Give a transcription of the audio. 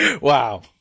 Wow